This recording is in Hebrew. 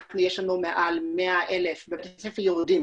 יש לנו מעל 100,000 לומדים בבתי ספר יהודים